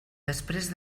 després